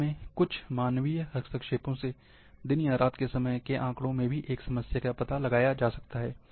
साथ में कुछ मानवीय हस्तक्षेपों से दिन या रात के समय के आंकड़ों से भी एक समस्या का पता लगाया जा सकता है